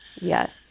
Yes